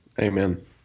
Amen